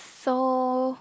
so